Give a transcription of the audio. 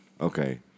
Okay